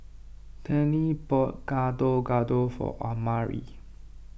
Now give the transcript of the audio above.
Tennie bought Gado Gado for Omari